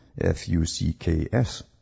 F-U-C-K-S